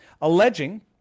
alleging